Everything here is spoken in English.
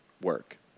work